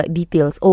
details